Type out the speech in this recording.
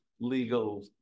legal